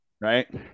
Right